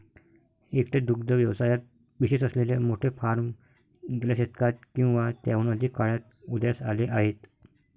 एकट्या दुग्ध व्यवसायात विशेष असलेले मोठे फार्म गेल्या शतकात किंवा त्याहून अधिक काळात उदयास आले आहेत